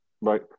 right